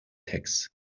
texts